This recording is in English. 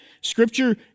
Scripture